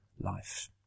life